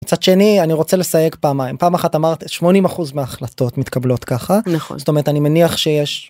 צד שני אני רוצה לסייג פעמיים פעם אחת אמרת 80% מההחלטות מתקבלות ככה נכון זאת אומרת אני מניח שיש.